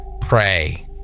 pray